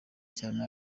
cyane